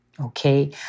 Okay